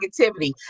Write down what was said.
negativity